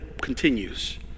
continues